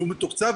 והוא לא תוקצב,